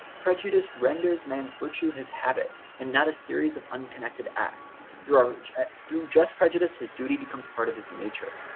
prejudice renders man's virtue has habit and not a series of unconnected x through our and through just prejudice his duty becomes part of his nature.